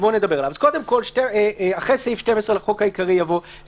אחרי סעיף 12 לחוק העיקרי יבוא: אחרי סעיף 12